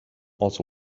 also